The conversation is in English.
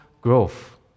growth